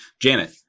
Janet